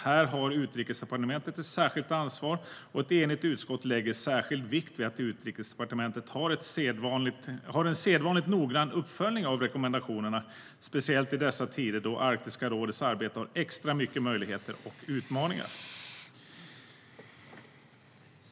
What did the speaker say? Här har Utrikesdepartementet ett särskilt ansvar, och ett enigt utskott lägger särskild vikt vid att Utrikesdepartementet har en sedvanligt noggrann uppföljning av rekommendationerna, speciellt i dessa tider då Arktiska rådets arbete har extra mycket möjligheter och utmaningar.